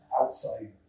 outside